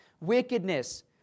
wickedness